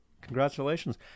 Congratulations